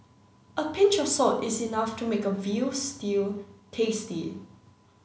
a pinch of salt is enough to make a veal stew tasty